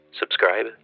subscribe